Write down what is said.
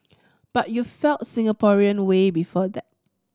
but you felt Singaporean way before that